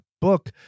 book